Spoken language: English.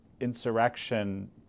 insurrection